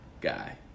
guy